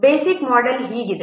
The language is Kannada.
ಬೇಸಿಕ್ ಮೊಡೆಲ್ ಹೀಗಿದೆ